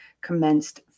commenced